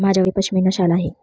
माझ्याकडे पश्मीना शाल आहे